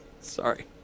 Sorry